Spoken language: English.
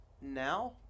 now